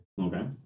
Okay